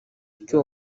bityo